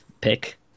pick